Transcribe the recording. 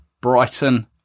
Brighton